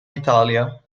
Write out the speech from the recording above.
italia